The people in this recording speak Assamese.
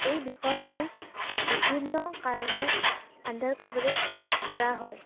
এই বিষয়সমূহ বিভিন্ন কাৰণত আণ্ডাৰ কভাৰেজ কৰা হয়